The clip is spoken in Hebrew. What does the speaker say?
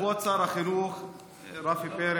כבוד שר החינוך רפי פרץ,